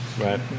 Right